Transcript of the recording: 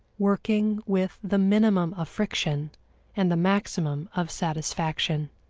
working with the minimum of friction and the maximum of satisfaction.